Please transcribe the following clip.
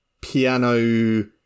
piano